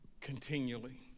continually